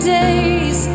days